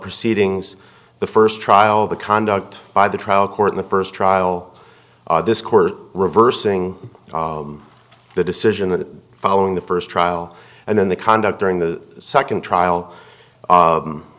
proceedings the first trial the conduct by the trial court in the first trial this court reversing the decision of the following the first trial and then the conduct during the second trial